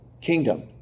kingdom